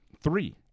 Three